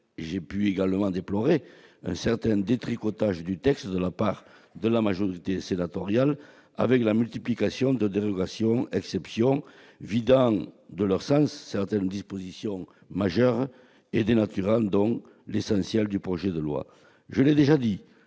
j'ai également déploré un certain détricotage du texte de la part de la majorité sénatoriale avec la multiplication de dérogations et exceptions vidant de leur sens des dispositions majeures et dénaturant donc l'essentiel du projet de loi. Je l'ai déjà dit,